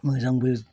मोजांबो